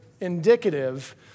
indicative